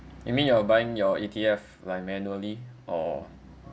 you mean you're buying your E_T_F like manually or